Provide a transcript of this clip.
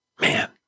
Man